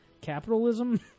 capitalism